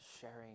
sharing